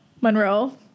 Monroe